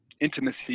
intimacy